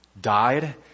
Died